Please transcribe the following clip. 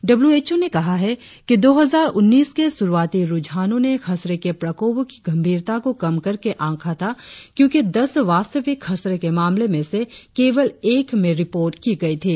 W H O ने कहा है कि दो हजार उन्नीस के शुरुआती रुझानों ने खसरे के प्रकोपो की गंभीरता को कम करके आंका था क्योंकि दस वास्तविक खसरे के मामले में से केवल एक में रिपोर्ट की गई थी